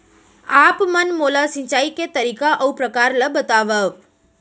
आप मन मोला सिंचाई के तरीका अऊ प्रकार ल बतावव?